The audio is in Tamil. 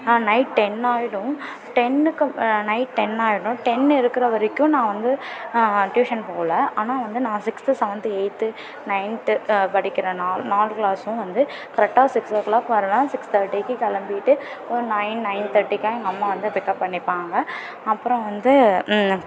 நைட் டென் ஆகிடும் டென்னுக்கு நைட் டென் ஆகிடும் டென் இருக்கிற வரைக்கும் நான் வந்து டியூஷன் போகல ஆனால் வந்து நான் சிக்ஸ்த்து செவன்த்து எயித்து நைன்த்து படிக்கிற நான் நாலு க்ளாஸும் வந்து கரெக்டாக சிக்ஸ் ஒ கிளாக்கு வரேன்னால் சிக்ஸ் தேர்ட்டிக்கு கிளம்பிட்டு ஒரு நைன் நைன் தேர்ட்டிக்காக எங்கள் அம்மா வந்து பிக் அப் பண்ணிப்பாங்க அப்புறம் வந்து